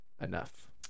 enough